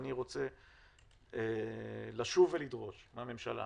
אני רוצה לשוב ולדרוש מהממשלה